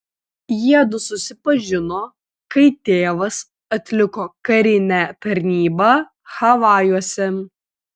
jiedu susipažino kai tėvas atliko karinę tarnybą havajuose